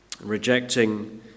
Rejecting